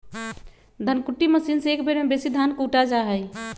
धन कुट्टी मशीन से एक बेर में बेशी धान कुटा जा हइ